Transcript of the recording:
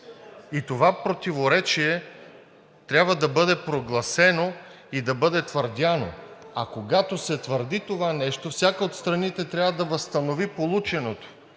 Това противоречие трябва да бъде прогласено и да бъде твърдяно. А когато се твърди това нещо, всяка от страните трябва да възстанови полученото,